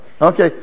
Okay